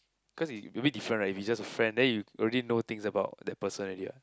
cause it a bit different right if he's just a friend then you already know things about that person already what